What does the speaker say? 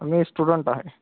मी student आहे